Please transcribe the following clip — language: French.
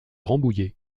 rambouillet